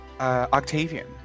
Octavian